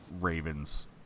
Ravens